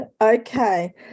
okay